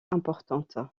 importante